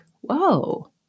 whoa